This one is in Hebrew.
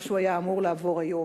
מה שהיה אמור להיות היום,